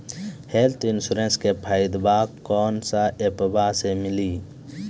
Health इंश्योरेंसबा के फायदावा कौन से ऐपवा पे मिली?